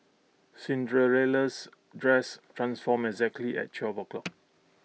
Cinderella's dress transformed exactly at twelve o'clock